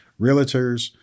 realtors